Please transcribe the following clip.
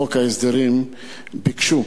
בחוק ההסדרים ביקשו